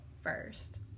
first